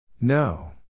No